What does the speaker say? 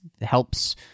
helps